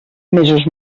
mesos